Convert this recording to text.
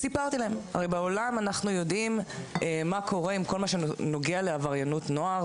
הרי בעולם אנחנו יודעים מה קורה בכל מה שקורה עם עבריינות נוער.